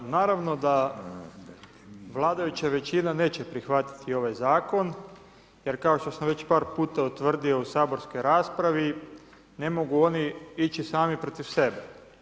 Naravno da vladajuća većina neće prihvatiti ovaj zakon, jer kao što sam već par puta utvrdio u saborskoj raspravi ne mogu oni ići sami protiv sebe.